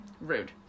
Rude